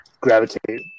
gravitate